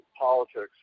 politics